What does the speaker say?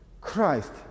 Christ